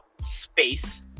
space